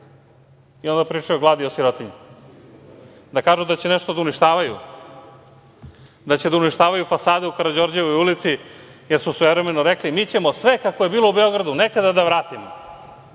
i onda da pričaju o gladi i o sirotinji. Da kažu da će nešto da uništavaju. Da će da uništavaju fasade u Karađorđevoj ulici jer su svojevremeno rekli mi ćemo sve kako je bilo u Beogradu nekada da vratimo.